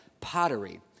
pottery